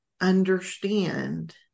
understand